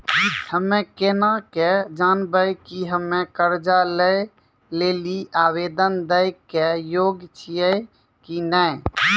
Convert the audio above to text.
हम्मे केना के जानबै कि हम्मे कर्जा लै लेली आवेदन दै के योग्य छियै कि नै?